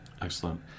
Excellent